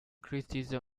criticism